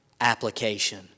application